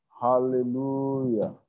Hallelujah